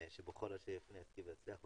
שבכל אשר יפנה ישכיל ויצליח.